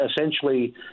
essentially